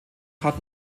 hatten